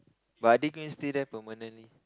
but are they going to stay there permanently